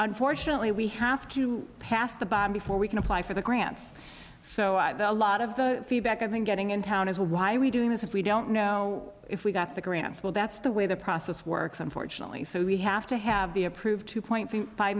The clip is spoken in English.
unfortunately we have to pass the baton before we can apply for the grants so i bet a lot of the feedback i've been getting in town is why we doing this if we don't know if we got the grants well that's the way the process works unfortunately so we have to have the approved two point five